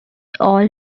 all